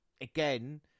again